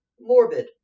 morbid